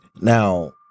Now